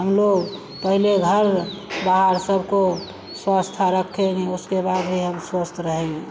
हमलोग पहले घर बाहर सबको स्वस्थ रखेंगे उसके बाद ही हम स्वस्थ रहेंगे